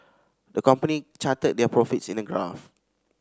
the company charted their profits in a graph